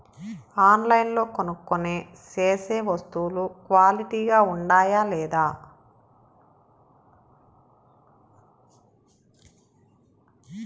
ఆన్లైన్లో కొనుక్కొనే సేసే వస్తువులు క్వాలిటీ గా ఉండాయా లేదా?